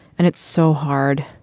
and it's so hard.